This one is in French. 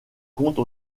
compte